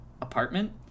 apartment